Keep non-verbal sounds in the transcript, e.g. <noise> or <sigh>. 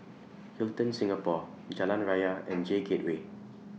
<noise> Hilton Singapore Jalan Raya <noise> and J Gateway